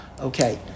Okay